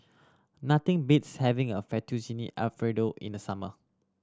nothing beats having a Fettuccine Alfredo in the summer